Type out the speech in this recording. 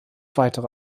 weitere